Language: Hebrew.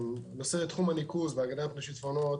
אני מלווה את נושא תחום הניקוז והגנת השיטפונות